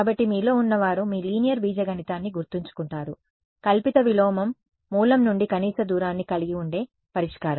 కాబట్టి మీలో ఉన్నవారు మీ లీనియర్ బీజగణితాన్ని గుర్తుంచుకుంటారు కల్పిత విలోమం మూలం నుండి కనీస దూరాన్ని కలిగి ఉండే పరిష్కారం